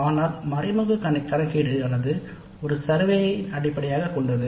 ஆனால் மறைமுக கணக்கீடு ஆனது ஒரு கணக்கெடுப்பின் அடிப்படையில் அமைந்திருக்கும்